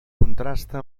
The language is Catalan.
contrasta